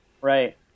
Right